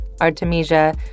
Artemisia